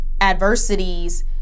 adversities